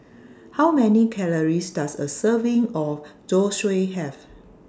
How Many Calories Does A Serving of Zosui Have